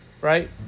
right